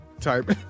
type